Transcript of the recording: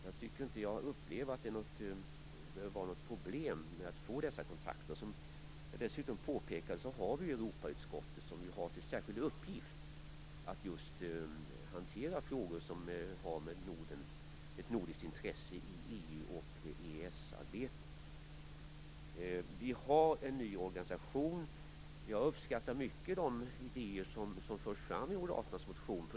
Jag har inte upplevt några problem med att få dessa kontakter. Dessutom som jag påpekade har vi Europautskottet som har till särskild uppgift att hantera frågor som har med Norden, ett nordiskt intresse i EU och EES-arbetet att göra. Vi har en ny organisation. Jag uppskattar mycket de idéer som förs fram i den moderata motionen.